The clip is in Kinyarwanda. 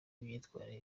imyitwarire